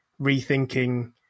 rethinking